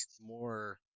more